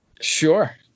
Sure